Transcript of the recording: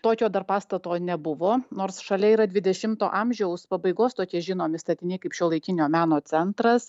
tokio dar pastato nebuvo nors šalia yra dvidešimto amžiaus pabaigos tokie žinomi statiniai kaip šiuolaikinio meno centras